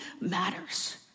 matters